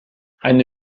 eine